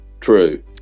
True